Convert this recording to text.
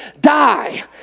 die